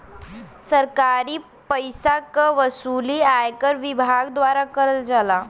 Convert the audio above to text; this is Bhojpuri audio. सरकारी पइसा क वसूली आयकर विभाग द्वारा करल जाला